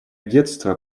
детство